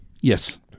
Yes